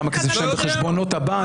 כמה כסך נשאר להם בחשבונות הבנק.